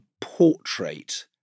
portrait